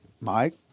Mike